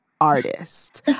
artist